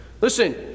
Listen